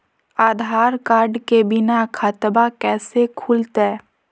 आधार card के बिना खाताबा कैसे खुल तय?